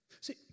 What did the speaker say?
See